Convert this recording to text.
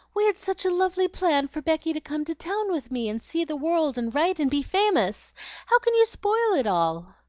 we had such a lovely plan for becky to come to town with me, and see the world, and write, and be famous. how can you spoil it all?